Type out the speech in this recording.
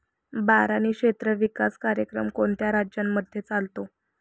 बारानी क्षेत्र विकास कार्यक्रम कोणत्या राज्यांमध्ये चालतो?